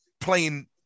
playing